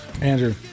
Andrew